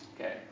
Okay